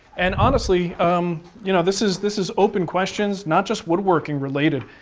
and honestly um you know this is this is open questions, not just woodworking related.